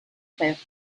cliff